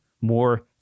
More